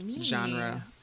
genre